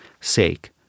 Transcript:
sake